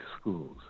schools